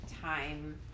time